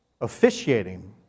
officiating